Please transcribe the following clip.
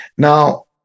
Now